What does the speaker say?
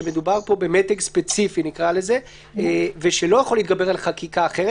במתג ספציפי שלא יכול להתגבר על חקיקה אחרת